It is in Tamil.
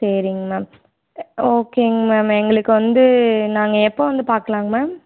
சரிங்க மேம் ஆ ஓகேங்க மேம் எங்களுக்கு வந்து நாங்கள் எப்போ வந்து பார்க்கலாங்க மேம்